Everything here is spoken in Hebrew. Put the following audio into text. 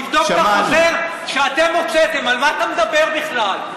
תבדוק את החוזר שאתם הוצאתם, על מה אתה מדבר בכלל?